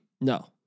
No